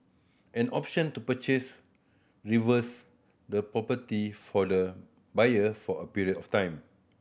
an option to purchase reverse the property for the buyer for a period of time